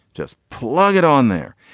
just plug it on there.